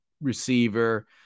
receiver